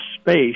space